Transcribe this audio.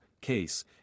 Case